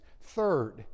third